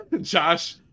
Josh